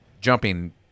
jumping